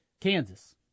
Kansas